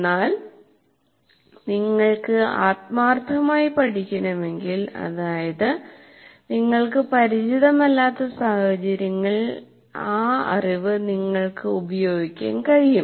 എന്നാൽ നിങ്ങൾക്ക് ആത്മാർത്ഥമായി പഠിക്കണമെങ്കിൽ അതായത് നിങ്ങൾക്ക് പരിചിതമല്ലാത്ത സാഹചര്യങ്ങളിൽ ആ അറിവ് നിങ്ങൾക്ക് ഉപയോഗിക്കാൻ കഴിയും